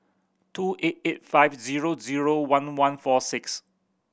two eight eight five zero zero one one four six